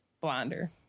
blonder